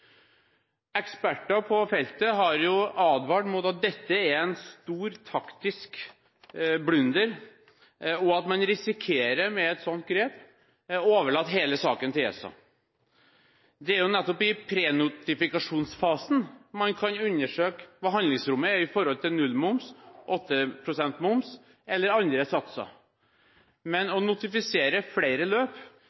Eksperter på feltet har advart mot at dette er en stor taktisk blunder, og at man med et sånt grep risikerer å overlate hele saken til ESA. Det er jo nettopp i prenotifikasjonsfasen at man kan undersøke hva handlingsrommet er i forhold til nullmoms, 8 pst. moms eller andre satser. Men